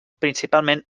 principalment